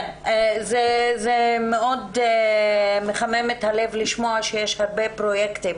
כן, מאוד מחמם את הלב לשמוע שיש הרבה פרויקטים,